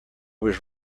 was